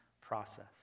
process